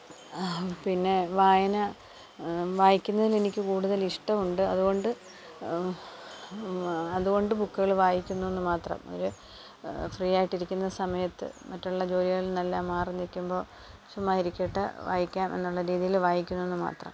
പിന്നെ വായന വായിക്കുന്നതിൽ എനിക്ക് കൂടുതൽ ഇഷ്ടമുണ്ട് അതുകൊണ്ട് അതുകൊണ്ട് ബുക്കുകൾ വായിക്കുന്നു എന്ന് മാത്രം ഒരു ഫ്രീ ആയിട്ടിരിക്കുന്ന സമയത്ത് മറ്റുള്ള ജോലികളിൽ നിന്നെല്ലാം മാറി നിൽക്കുമ്പോൾ ചുമ്മാ ഇരിക്കട്ടെ വായിക്കാം എന്നുള്ള രീതിയിൽ വായിക്കുന്നു എന്ന് മാത്രം